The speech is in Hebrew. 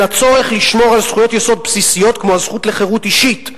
הצורך לשמור על זכויות יסוד בסיסיות כמו הזכות לחירות אישית,